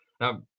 Now